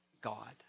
God